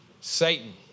Satan